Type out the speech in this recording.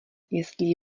jestli